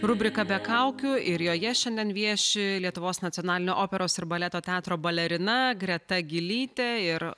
rubrika be kaukių ir joje šiandien vieši lietuvos nacionalinio operos ir baleto teatro balerina greta gylytė ir